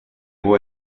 può